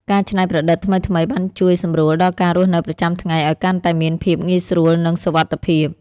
ការច្នៃប្រឌិតថ្មីៗបានជួយសម្រួលដល់ការរស់នៅប្រចាំថ្ងៃឱ្យកាន់តែមានភាពងាយស្រួល និងសុវត្ថិភាព។